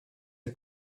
der